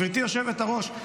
גברתי היושבת-ראש,